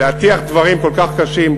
להטיח דברים כל כך קשים,